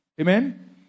Amen